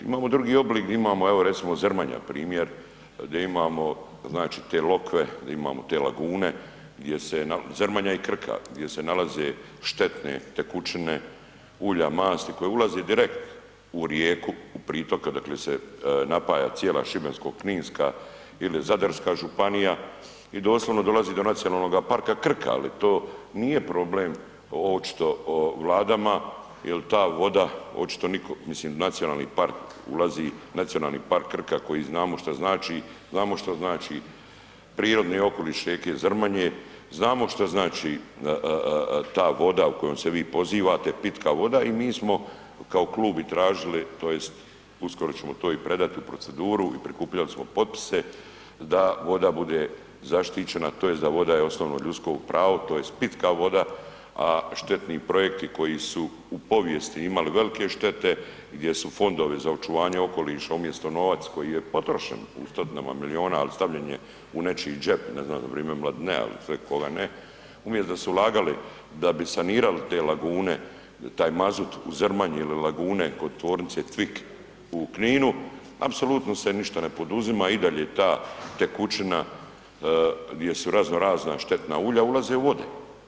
Imamo drugi oblik gdje imamo, evo recimo Zrmanja primjer, gdje imamo znači te lokve, di imamo te lagune, gdje se Zrmanja i Krka, gdje se nalaze štetne tekućine ulja, masti koja ulaze direkt u rijeku, pritoka odakle se napaja cijela Šibensko-kninska ili Zadarska županija i doslovno dolazi do Nacionalnoga parka Krka, ali to nije problem očito vladama jer ta voda očito nikog, mislim nacionalni park ulazi, Nacionalni park Krka koji znamo šta znači, znamo šta znači prirodni okoliš rijeke Zrmanje, znamo šta znači ta voda u kojom vi pozivate, pitka voda i mi smo kao klub i tražili, tj. uskoro ćemo to i predat u proceduru i prikupljali smo potpise da voda bude zaštićena tj. da voda je osnovno ljudsko pravo tj. pitka voda, a štetni projekti koji su u povijesti imali velike štete gdje su fondovi za očuvanje okoliša umjesto novac koji je potrošen u stotinama miliona, al stavljen je u nečiji džep, ne znam za vrijeme Mladinea il sve koga ne, umjesto da su ulagali da bi sanirali te lagune da taj mazut u Zrmanji ili lagune kod tvornice TVIK u Kninu apsolutno se ništa ne poduzima idalje ta tekućina gdje su razno razna štetna ulja, ulaze u vode.